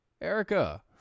Erica